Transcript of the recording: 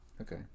okay